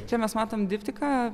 čia mes matom diptiką